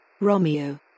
Romeo